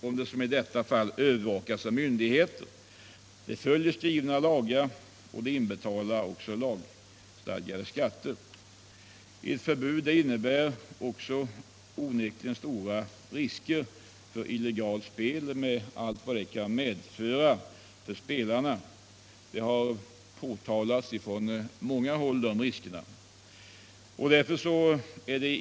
Och i detta fall övervakas företaget av myndigheterna, det följer skrivna lagar och betalar in lagstadgade skatter. Ett förbud innebär också onekligen risker för ökat illegalt spel med allt vad det medför för spelarna. Detta har påtalats från många håll.